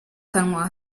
kanwa